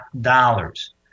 dollars